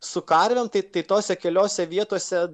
su karvėm taip tai tose keliose vietose